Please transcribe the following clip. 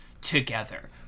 together